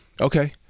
Okay